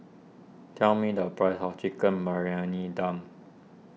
tell me the price of Chicken Briyani Dum